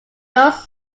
most